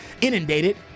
inundated